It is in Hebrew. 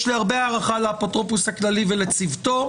יש לי הרבה הערכה לאפוטרופוס הכללי ולצוותו,